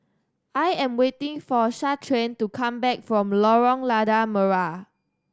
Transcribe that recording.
I am waiting for Shaquan to come back from Lorong Lada Merah